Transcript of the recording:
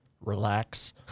relax